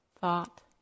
thought